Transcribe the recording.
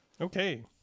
Okay